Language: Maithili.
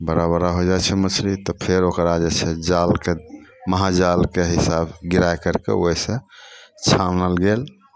बड़ा बड़ा होय जाइ छै मछली तऽ फेर ओकरा जे छै जालके महाजालके हिसाब गिराय करि कऽ ओहिसँ छानल गेल